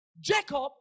Jacob